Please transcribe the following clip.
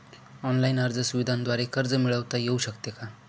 Online अर्ज सुविधांद्वारे कर्ज मिळविता येऊ शकते का?